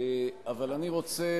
אבל אני רוצה,